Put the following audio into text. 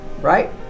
right